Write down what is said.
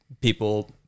people